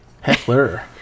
Heckler